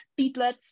beetlets